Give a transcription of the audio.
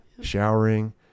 showering